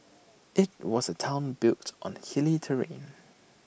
IT was A Town built on hilly terrain